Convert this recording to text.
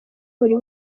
buri